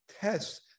tests